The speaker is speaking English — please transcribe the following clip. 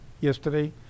yesterday